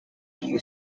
few